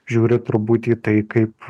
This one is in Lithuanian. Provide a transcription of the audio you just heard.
žiūri truputį tai kaip